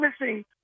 missing